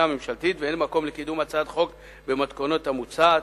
הממשלתית ואין מקום לקידום הצעת החוק במתכונת המוצעת.